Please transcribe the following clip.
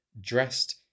dressed